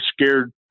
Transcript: scared